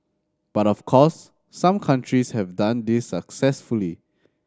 but of course some countries have done this successfully